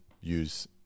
use